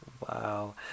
Wow